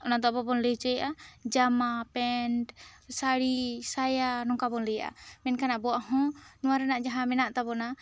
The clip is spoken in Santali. ᱚᱱᱟ ᱫᱚ ᱟᱵᱚ ᱵᱚᱱ ᱞᱟᱹᱭ ᱪᱚᱭᱮᱫᱟ ᱡᱟᱢᱟ ᱯᱮᱱᱴ ᱥᱟᱹᱲᱤ ᱥᱟᱭᱟ ᱱᱚᱝᱠᱟ ᱵᱚ ᱞᱟᱹᱭᱮᱜᱼᱟ ᱢᱮᱱᱠᱷᱟᱱ ᱟᱵᱚᱣᱟᱜ ᱦᱚᱸ ᱱᱚᱣᱟ ᱨᱮᱱᱟᱜ ᱡᱟᱦᱟᱸ ᱢᱮᱱᱟᱜ ᱛᱟᱵᱚᱱᱟ